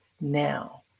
now